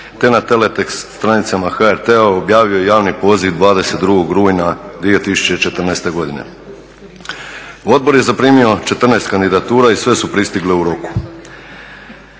te na txt stranicama HRT-a objavio javni poziv 2. rujnog 2014. godine. Odbor je zaprimio 14 kandidatura i sve su pristigle u roku.